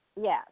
Yes